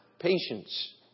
Patience